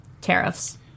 tariffs